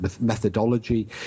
methodology